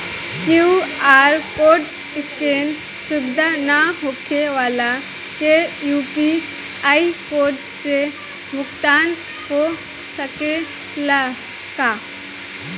QR code scan सुविधा ना होखे वाला के यू.पी.आई कोड से भुगतान हो सकेला का?